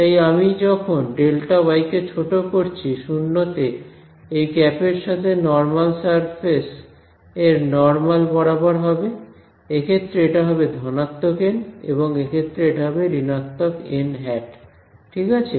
তাই আমি যখন Δy কে ছোট করছি 0 তে এই ক্যাপ এর সাথে নর্মাল সারফেস এর নর্মাল বরাবর হবে এক্ষেত্রে এটা হবে ধনাত্মক এন এবং এক্ষেত্রে এটা হবে ঋণাত্মক এন হ্যাট ঠিক আছে